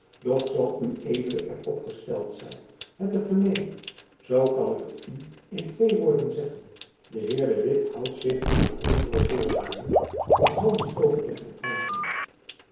zoo ued er op gesteld zijt het te vernemen zoo kan ik het u in twee woorden zeggen de heer de witt houdt zich aan jacob van lennep elizabeth musch de vroegere voorwaarden behoudends overleg met frankrijk